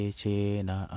chena